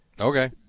Okay